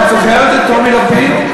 את זוכרת את טומי לפיד?